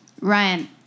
Ryan